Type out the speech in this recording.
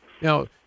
Now